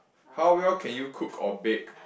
how well can you cook or bake